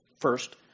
first